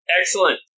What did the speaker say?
Excellent